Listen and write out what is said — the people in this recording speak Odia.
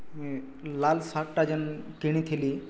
ମୁଇଁ ଲାଲ ସାର୍ଟଟା ଯେନ୍ କିଣିଥିଲି